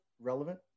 relevant